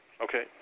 Okay